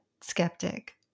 skeptic